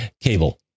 cable